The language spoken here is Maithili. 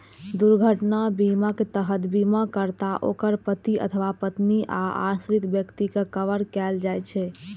दुर्घटना बीमाक तहत बीमाकर्ता, ओकर पति अथवा पत्नी आ आश्रित व्यक्ति कें कवर कैल जाइ छै